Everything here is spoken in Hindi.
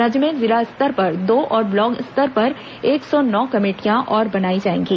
राज्य में जिला स्तर पर दो और ब्लॉक स्तर पर एक सौ नौ कमेटियां और बनाई जाएंगी